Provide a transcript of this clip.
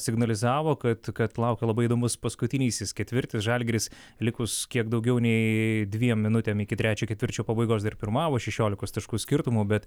signalizavo kad kad laukia labai įdomus paskutinysis ketvirtis žalgiris likus kiek daugiau nei dviem minutėm iki trečio ketvirčio pabaigos dar pirmavo šešiolikos taškų skirtumu bet